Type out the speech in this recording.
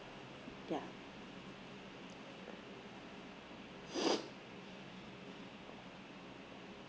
ya